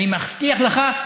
אני מבטיח לך,